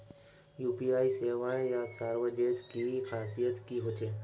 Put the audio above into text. UPI सेवाएँ या services की खासियत की होचे?